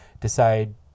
decide